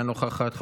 אינה נוכחת,